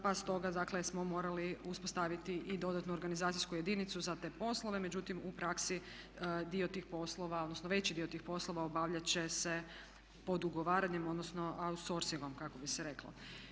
Pa stoga dakle smo morali uspostaviti i dodatnu organizacijsku jedinicu za te poslove, međutim u praksi dio tih poslova, odnosno veći dio tih poslova obavljat će se podugovaranjem odnosno outsourcingom kako bi se reklo.